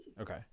okay